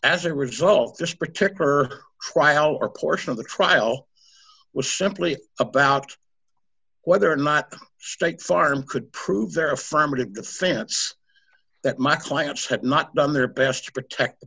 as a result this particular trial or course of the trial was simply about whether or not the state farm could prove their affirmative defense that my clients had not done their best to protect